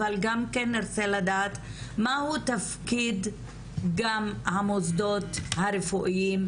אבל כן נרצה לדעת מהו תפקיד המוסדות הרפואיים,